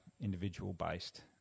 individual-based